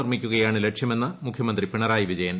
നിർമ്മിക്കുകയാണ് ലക്ഷ്യമെന്ന് മുഖ്യമന്ത്രി പിണറായി വിജയൻ